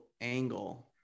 angle